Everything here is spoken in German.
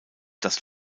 das